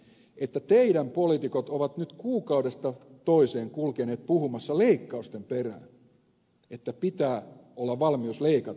heinonen että teidän poliitikkonne ovat nyt kuukaudesta toiseen kulkeneet puhumassa leikkausten perään että pitää olla valmius leikata